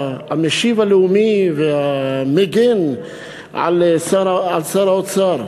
המשיב הלאומי והמגן על שר האוצר?